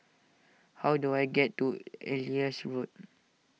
how do I get to Elias Road